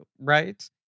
right